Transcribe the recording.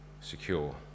secure